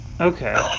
Okay